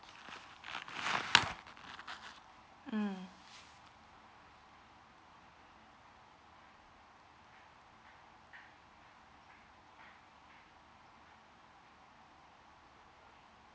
mm